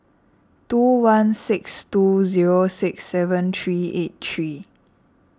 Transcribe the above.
two one six two zero six seven three eight three